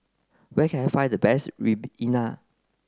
where can I find the best